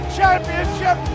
championship